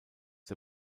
der